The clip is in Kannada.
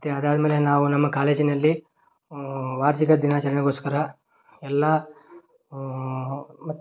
ಮತ್ತೆ ಅದಾದಮೇಲೆ ನಾವು ನಮ್ಮ ಕಾಲೇಜಿನಲ್ಲಿ ವಾರ್ಷಿಕ ದಿನಾಚರಣೆಗೋಸ್ಕರ ಎಲ್ಲ